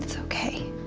ah okay.